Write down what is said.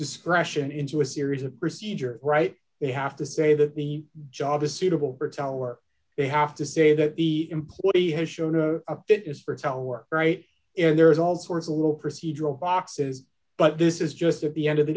discretion into a series of procedure right they have to say that the job is suitable for telework they have to say that the he simply has shown to a fitness fertile we're right and there's all sorts of little procedural boxes but this is just at the end of the